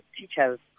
teachers